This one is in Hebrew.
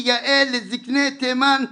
כיאה לזקני תימן,